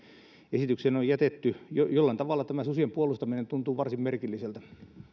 esitykseen on jätetty jollain tavalla tämä susien puolustaminen tuntuu varsin merkilliseltä